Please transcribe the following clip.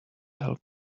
help